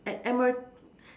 at M R